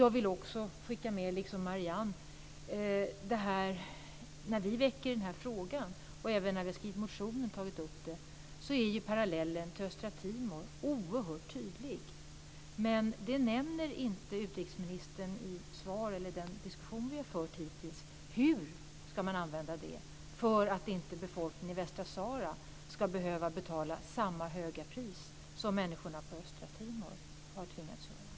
Jag vill också skicka med, liksom Marianne Andersson, att när vi väcker den här frågan och även när vi skriver motioner om den är parallellen till Östtimor oerhört tydlig. Det nämner inte utrikesministern i svaret eller i den diskussion vi hittills har fört. Hur ska man använda det för att befolkningen i Västsahara inte ska behöva betala samma höga pris som människorna på Östtimor har tvingats göra?